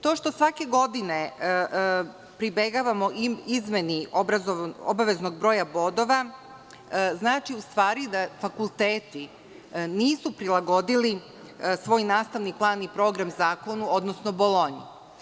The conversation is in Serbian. To što svake godine pribegavamo izmeni obaveznog broja bodova znači da fakulteti nisu prilagodili svoj naslovni plan i program zakonu, odnosno Bolonji.